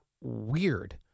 weird